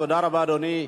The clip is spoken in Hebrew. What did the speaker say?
תודה רבה, אדוני.